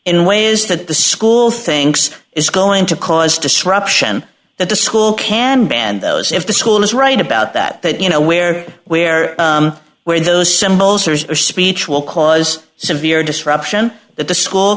in way is that the school thinks it's going to cause disruption that the school can ban those if the school is right about that that you know where where where those symbols are speech will cause severe disruption that the school